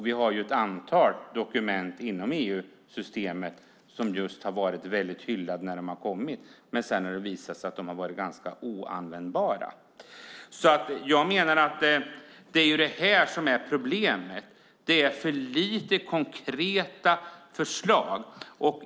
Vi har ett antal dokument inom EU-systemet som har varit hyllade när de har kommit, men sedan har det visat sig att de har varit ganska oanvändbara. Jag menar att det är detta som är problemet: Det finns för få konkreta förslag.